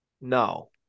no